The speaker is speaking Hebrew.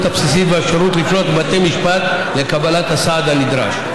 הבסיסית ואת האפשרות לפנות לבתי משפט לקבלת הסעד הנדרש.